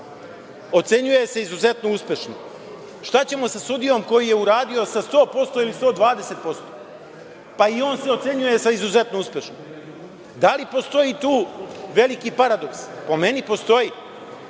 ocenjuje se izuzetno uspešno. Šta ćemo sa sudijom koji je uradio sa 100% ili 120%? Pa i on se ocenjuje sa izuzetno uspešno. Da li postoji tu veliki paradoks? Po meni, postoji.